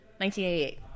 1988